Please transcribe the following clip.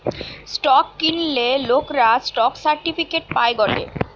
stock কিনলে লোকরা stock certificate পায় গটে